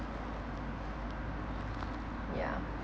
yeah